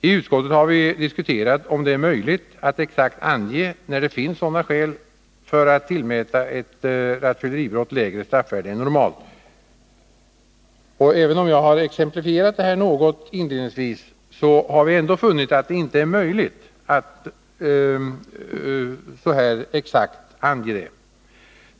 I utskottet har vi diskuterat om det är möjligt att exakt ange när det finns sådana skäl för att tillmäta ett rattfylleribrott lägre straffvärde än normalt. Även om jag något har exemplifierat det här inledningsvis, har vi ändå funnit att det inte är möjligt att ange det exakt.